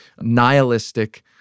nihilistic